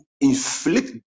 inflict